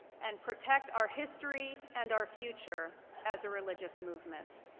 and protect our history and our future as a religious movement.